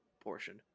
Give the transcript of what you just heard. portion